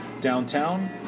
Downtown